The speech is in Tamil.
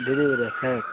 டெலிவரியா சார்